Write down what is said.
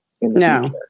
No